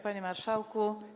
Panie Marszałku!